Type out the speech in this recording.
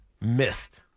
missed